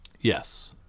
Yes